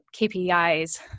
KPIs